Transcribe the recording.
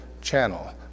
channel